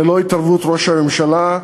ללא התערבות ראש הממשלה,